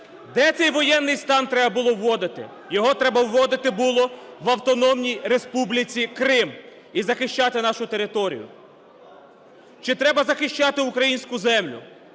Де цей воєнний стан треба було вводити? Його треба вводити було в Автономній Республіці Крим і захищати нашу територію. Чи треба захищати українську землю?